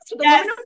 Yes